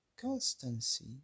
constancy